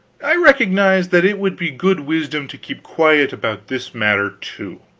i recognized that it would be good wisdom to keep quiet about this matter, too,